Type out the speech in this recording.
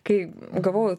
kai gavau